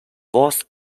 was